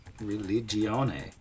Religione